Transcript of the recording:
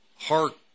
heart